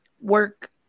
work